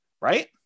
right